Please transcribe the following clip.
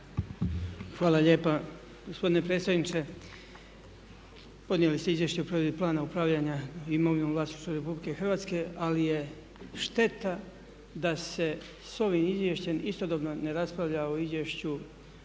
Hvala lijepa. Gospodine predstavniče podnijeli ste Izvješće o provedbi Plana upravljanja imovinom u vlasništvu Republike Hrvatske ali je šteta da se s ovim izvješćem istodobno ne raspravlja o Izvješću